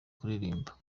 kuririmba